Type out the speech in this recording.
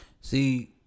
See